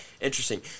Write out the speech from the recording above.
interesting